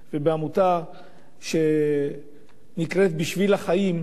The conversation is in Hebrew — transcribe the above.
עמותה שנקראת "בשביל החיים",